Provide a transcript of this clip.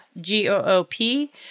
G-O-O-P